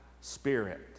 spirit